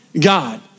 God